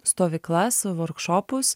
stovyklas vorkšopus